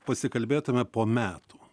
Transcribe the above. pasikalbėtume po metų